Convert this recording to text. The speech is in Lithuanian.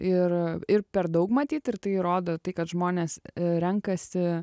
ir ir per daug matyt ir tai rodo tai kad žmonės renkasi